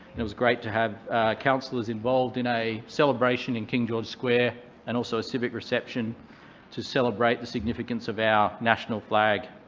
it was great to have councillors involved in a celebration in king george square and also a civic reception to celebrate the significance of our national flag.